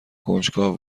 کنجکاو